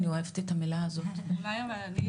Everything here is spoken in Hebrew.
אני